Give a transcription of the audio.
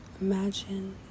Imagine